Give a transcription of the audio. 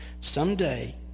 Someday